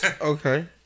Okay